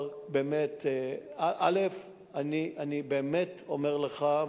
אני באמת אומר לך,